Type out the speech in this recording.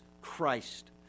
Christ